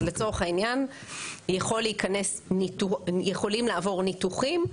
לצורך העניין יכולים לעבור ניתוחים.